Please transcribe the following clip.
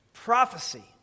Prophecy